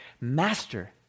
Master